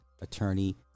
attorney